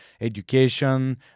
education